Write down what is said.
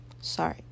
Sorry